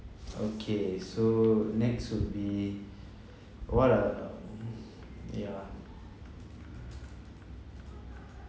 okay so next would be what are ya